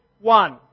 one